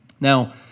Now